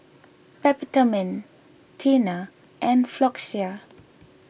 Peptamen Tena and Floxia